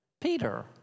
Peter